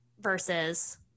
versus